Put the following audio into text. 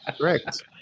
Correct